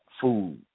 food